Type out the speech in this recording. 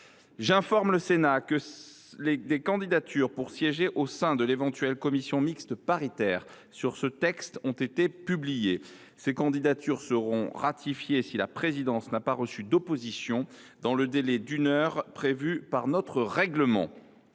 J’informe le Sénat que des candidatures pour siéger au sein de l’éventuelle commission mixte paritaire chargée d’élaborer un texte sur ce projet de loi ont été publiées. Ces candidatures seront ratifiées si la présidence n’a pas reçu d’opposition dans le délai d’une heure prévu par notre règlement.